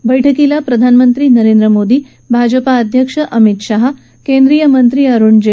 या बैठकीला प्रधानमंत्री नरेंद्र मोदी भाजपा अध्यक्ष अमित शाह केंद्रीय मंत्री अरुण जे